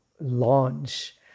launch